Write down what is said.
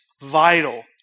vital